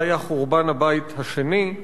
זה היה חורבן הבית השני.